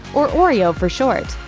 or oreo for short.